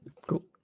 cool